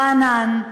רענן,